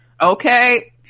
Okay